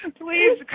Please